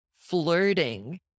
flirting